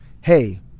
Hey